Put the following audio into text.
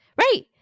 Right